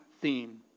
theme